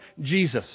Jesus